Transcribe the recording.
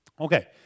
Okay